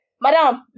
Madam